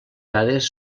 dades